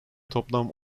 toplam